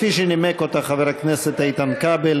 כפי שנימק אותה חבר הכנסת איתן כבל.